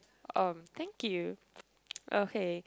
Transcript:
um thank you okay